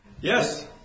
Yes